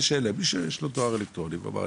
מי שיש לו דואר אלקטרוני והוא אמר,